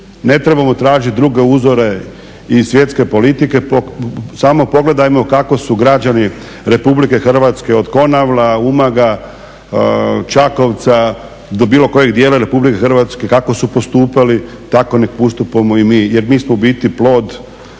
Ne trebamo tražiti druge uzore iz svjetske politike, samo pogledajmo kako su građani Republike Hrvatske od Konavla, Umaga, Čakovca, do bilo kojeg dijela Republike Hrvatske, kako su postupali tako neka postupamo i mi. Jer mi smo u biti plod